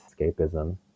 escapism